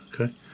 okay